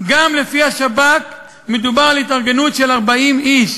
גם לפי השב"כ מדובר על התארגנות של 40 איש,